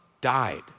died